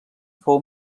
fou